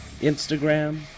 Instagram